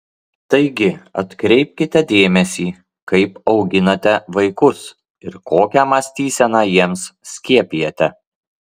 taigi atkreipkite dėmesį kaip auginate vaikus ir kokią mąstyseną jiems skiepijate